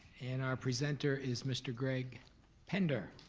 and, our presenter is mr. craig pender.